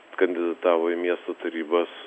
kandidatavo į miesto tarybos